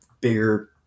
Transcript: bigger